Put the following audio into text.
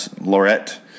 Lorette